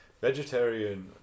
Vegetarian